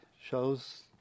shows